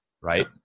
right